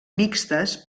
mixtes